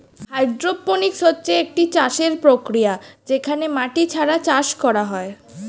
hydroponics হচ্ছে একটি চাষের প্রক্রিয়া যেখানে মাটি ছাড়া চাষ করা হয়